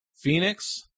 Phoenix